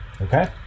Okay